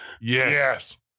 Yes